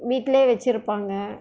வீட்டிலே வெச்சுருப்பாங்க